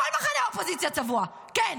כל מחנה האופוזיציה צבוע, כן.